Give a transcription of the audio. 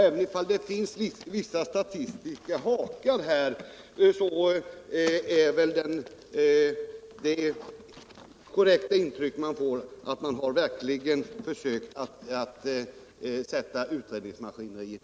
Även om det finns vissa statistiska hakar så är väl det korrekta intrycket att man verkligen försökt sätta i gång utredningsmaskineriet.